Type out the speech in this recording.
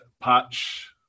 patch